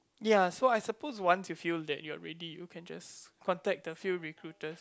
ya so I suppose once you feel that you are ready you can just contact the field recruiters